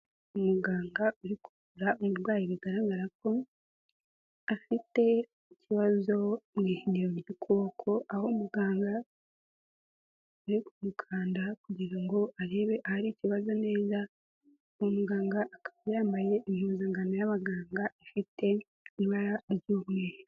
Umuganga uri kuvura umurwayi bigaragara ko afite ikibazo mu ihiniro ry'ukoboko, aho muganga ari kumukanda kugira ngo arebe ahari ikibazo neza, uwo muganga akaba yambaye impuzankano y'abaganga, ifite ibara ry'umweru.